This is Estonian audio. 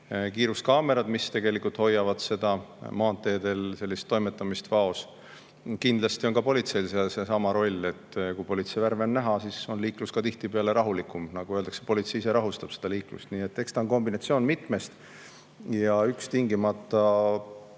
kiiruskaamerad, mis tegelikult hoiavad maanteedel toimetamist vaos. Kindlasti on ka politseil seal seesama roll. Kui politseivärve on näha, siis on liiklus tihtipeale rahulikum, nagu öeldakse, politsei ise rahustab liiklust. Nii et eks see on kombinatsioon mitmest [tegurist] ja üks tingimata